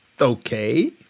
okay